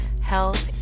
health